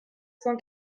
cent